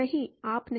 नही आप नहीं